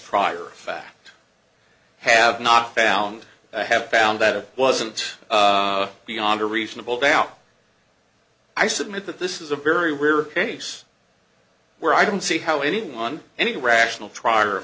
prior fact have not found i have found that it wasn't beyond a reasonable doubt i submit that this is a very rare case where i don't see how anyone any rational trier of